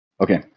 okay